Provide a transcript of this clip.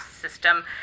system